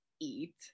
eat